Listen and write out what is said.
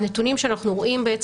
בסופו של דבר הנתונים שאנחנו רואים זה